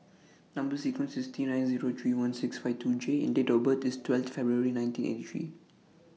Number sequence IS T nine Zero three one six five two J and Date of birth IS twelve February nineteen eighty three